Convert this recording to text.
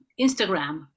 instagram